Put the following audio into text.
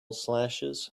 slashes